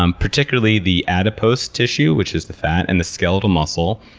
um particularly the adipose tissue, which is the fat and the skeletal muscle,